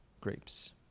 grapes